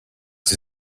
sie